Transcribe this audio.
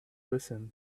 listen